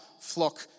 flock